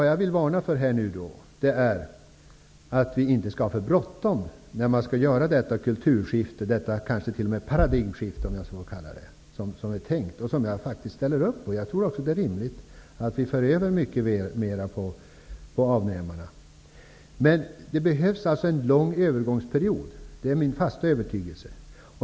Jag vill varna för följande: Vi skall inte ha för bråttom när vi gör det kulturskifte, eller kanske t.o.m. paradigmskifte, som är tänkt, och vilket jag ställer mig bakom. Det är rimligt att vi för över mer på avnämarna. Men det behövs en lång övergångsperiod. Det är min fasta övertygelse.